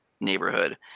neighborhood